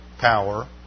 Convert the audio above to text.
power